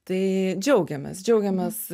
tai džiaugiamės džiaugiamės